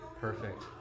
Perfect